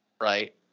right